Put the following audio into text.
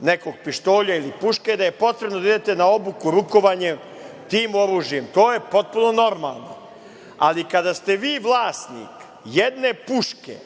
nekog pištolja ili puške da je potrebno da idete na obuku rukovanja tim oružjem. To je potpuno normalno, ali kada ste vi vlasnik jedne lovačke